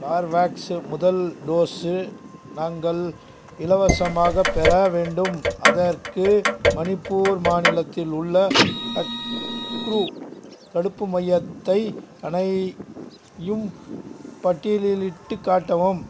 Corbevax முதல் dose நாங்கள் இலவசமாகப் பெற வேண்டும் அதற்கு மணிப்பூர் மாநிலத்தில் உள்ள அக்குரு தடுப்பு மையத்தை அனைதும் பட்டியலிலிட்டுக் காட்டவும்